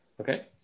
Okay